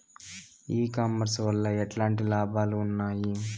E commerce వల్ల ఎట్లాంటి లాభాలు ఉన్నాయి?